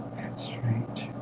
strange